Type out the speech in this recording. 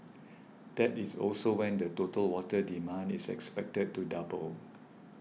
that is also when the total water demand is expected to double